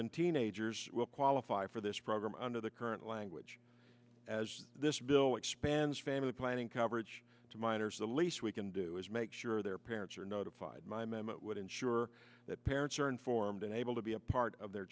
and teenagers will qualify for this program under the current language as this bill expands family planning coverage to minors the least we can do is make sure their parents are notified my member would ensure that parents are informed and able to be a part of their